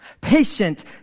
patient